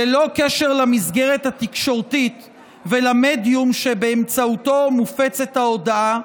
ללא קשר למסגרת התקשורתית ולמדיום שבאמצעותו מופצת ההודעה,